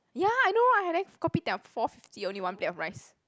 ya I know and then Kopitiam forty fifty only one plate of rice